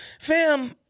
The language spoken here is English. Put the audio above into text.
Fam